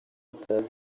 batazi